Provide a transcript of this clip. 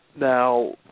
Now